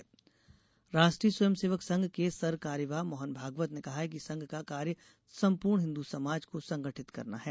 भागवत राष्ट्रीय स्वयंसेवक संघ के सर कार्यवाह मोहन भागवत ने कहा है कि संघ का कार्य सम्पूर्ण हिन्दू समाज को संगठित करना है